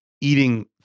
eating